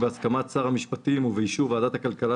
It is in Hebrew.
בהסכמת שר המשפטים ובאישור ועדת הכלכלה